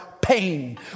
Pain